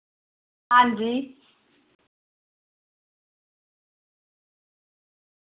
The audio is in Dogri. हां जी